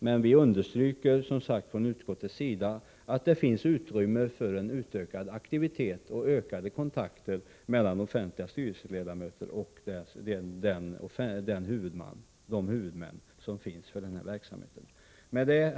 Men vi understryker från utskottets sida att det finns utrymme för en utökad aktivitet och ökade kontakter mellan offentliga styrelseledamöter och de huvudmän som finns för denna verksamhet. Herr talman!